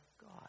God